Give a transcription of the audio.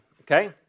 okay